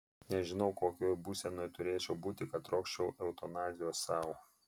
nežinau kokioje būsenoje turėčiau būti kad trokščiau eutanazijos sau